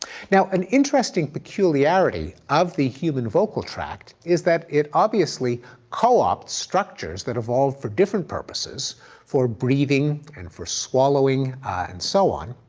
now, an interesting peculiarity of the human vocal track is that it obviously co-ops structures that evolved for different purposes for breathing and for swallowing and so on.